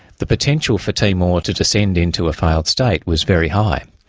the potential for timor to descend into a failed state was very high.